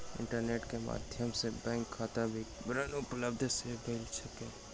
internet के माध्यम सॅ बैंक खाता विवरण उपलब्ध भ सकै छै